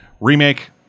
remake